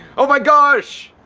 oh my gosh!